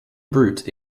brute